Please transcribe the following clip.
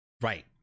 Right